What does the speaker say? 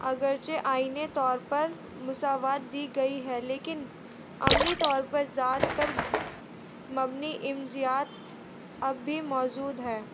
اگرچہ آئینی طور پر مساوات دی گئی ہے لیکن عملی طور پر ذات پر مبنی امتیاز اب بھی موجود ہے